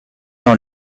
dans